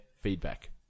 feedback